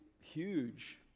huge